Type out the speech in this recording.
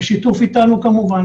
בשיתוף איתנו כמובן,